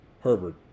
Herbert